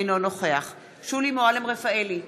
אינו נוכח שולי מועלם-רפאלי,